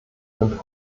sind